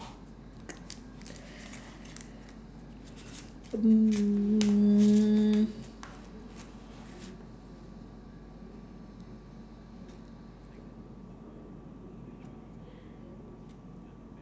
mm